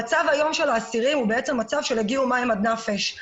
המצב של האסירים היום הוא מצב שהגיעו מים עד נפש.